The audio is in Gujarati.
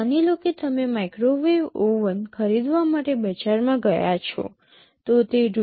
માની લો કે તમે માઇક્રોવેવ ઓવન ખરીદવા માટે બજારમાં ગયા છો તો તે રૂ